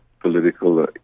political